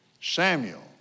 Samuel